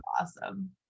awesome